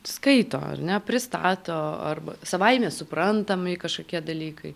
skaito ar ne pristato arba savaime suprantami kažkokie dalykai